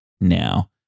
now